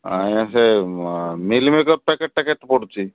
ଆଜ୍ଞା ସେ ମିଲ୍ମେକର୍ ପ୍ୟାକେଟ୍ଟା କେତେ ପଡ଼ୁଛି